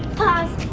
pause.